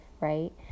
right